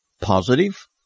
positive